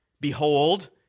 behold